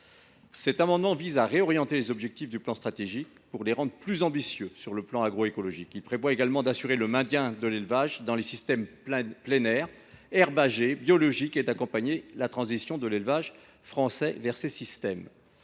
amendement tend à réorienter les objectifs du plan stratégique pour les rendre plus ambitieux d’un point de vue agroécologique. Nous proposons également d’assurer le maintien de l’élevage dans les systèmes de plein air, herbagers et biologiques, et d’accompagner la transition de l’élevage français vers ces systèmes,